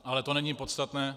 Ale to není podstatné.